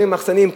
גרים במחסנים.